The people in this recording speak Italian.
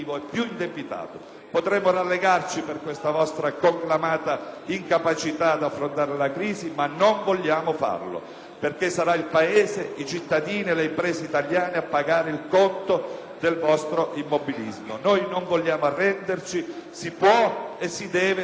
Potremmo rallegrarci per questa vostra conclamata incapacità ad affrontare la crisi ma non vogliamo farlo perché sarà il Paese, i cittadini e le imprese italiane, a pagare il conto del vostro immobilismo. Noi non vogliamo arrenderci: si può e si deve fare di più.